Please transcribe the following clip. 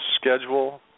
schedule